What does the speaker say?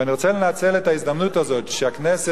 ואני רוצה לנצל את ההזדמנות הזאת שהכנסת